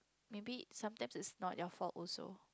maybe sometime it's not your fault also